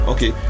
Okay